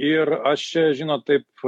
ir aš čia žinot taip